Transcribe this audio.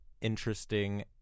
interesting